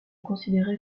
considéré